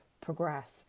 progress